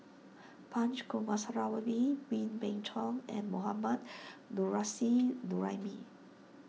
Punch Coomaraswamy Wee Beng Chong and Mohammad Nurrasyid Juraimi